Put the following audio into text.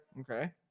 Okay